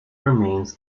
remains